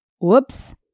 Whoops